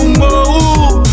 more